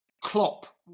klopp